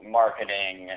marketing